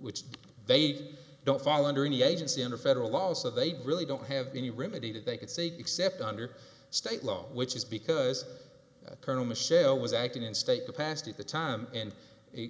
which they need don't fall under any agency under federal law so they really don't have any remedy that they could say except under state law which is because colonel michele was acting in state the past at the time and it